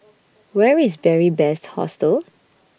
Where IS Beary Best Hostel